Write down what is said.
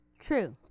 True